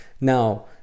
now